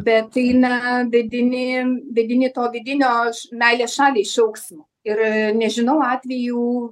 bet eina vedini vedini to vidinio š meilės šaliai šauksmo ir nežinau atvejų